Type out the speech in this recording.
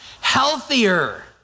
healthier